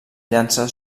llança